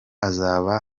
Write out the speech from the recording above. aza